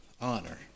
honor